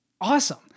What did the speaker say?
Awesome